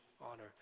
honor